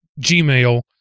Gmail